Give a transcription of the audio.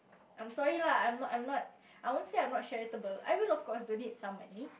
I'm sorry lah I'm not I'm not I won't say I'm not charitable I will of course donate some money